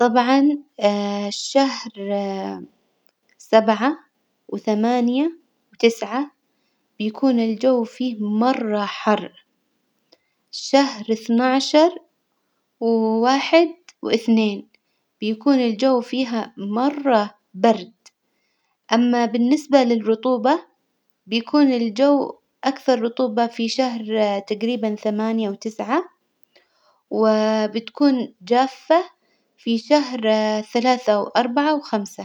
طبعا شهر سبعة وثمانية وتسعة بيكون الجو فيه مرة حر، شهر اثنا عشر وواحد واثنين بيكون الجو فيها مرة برد، أما بالنسبة للرطوبة بيكون الجو أكثر رطوبة في شهر تجريبا ثمانية وتسعة، وبتكون جافة في شهر ثلاثة وأربعة وخمسة.